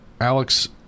Alex